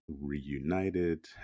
reunited